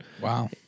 Wow